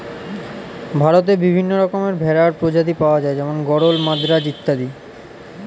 ভারতে বিভিন্ন রকমের ভেড়ার প্রজাতি পাওয়া যায় যেমন গরল, মাদ্রাজ অত্যাদি